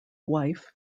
wife